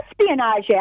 Espionage